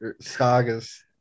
sagas